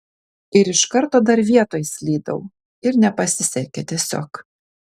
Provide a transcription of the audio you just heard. ir iš karto dar vietoj slydau ir nepasisekė tiesiog